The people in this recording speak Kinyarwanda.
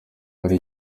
hari